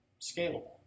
scalable